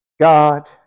God